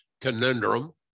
conundrum